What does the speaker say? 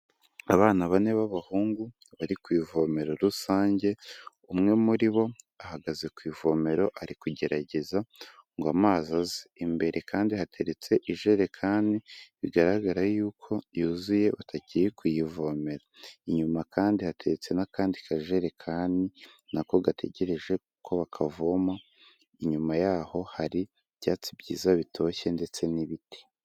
Abana bane b'abahungu bari ku ivome rusange, umwe muri bo ahagaze ku ivomero ari kugerageza ngo amazi aze, imbere kandi hateretse ijerekani bigaragara yuko yuzuye batakiri kuyivomera, inyuma kandi hatetse n'akandi kajerekani nako gategereje ko bakavoma, inyuma yaho hari ibyatsi byiza bitoshye ndetse n'ibiti.